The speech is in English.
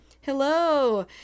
Hello